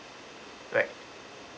right